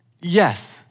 Yes